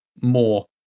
more